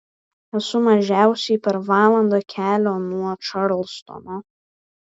esu mažiausiai per valandą kelio nuo čarlstono